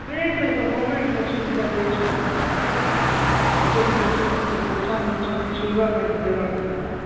ଟ୍ରେନରେ ତ ଗମେଣ୍ଟର ସୁବିଧା ଦେଇଛନ୍ତି ପରାରେ ଗୋଟେ ଗୋଟେ ସିଟ୍ର ତ ପଇସା ନେଉଛନ୍ତି ଶୋଇବା ପାଇଁ ତ ଦେବା କଥା